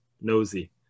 Nosy